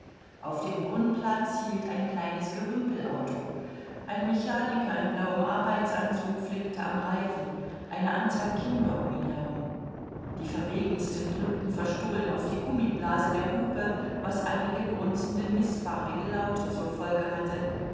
auf dem brunnplatz hielt ein kleines gerümpelauto ein mechaniker in blauem arbeitsanzug flickte am reifen eine anzahl kinder um ihn herum die verwegensten drückten verstohlen auf die gummiblase der hupe was einige grunzende mißfarbige laute zur folge hatte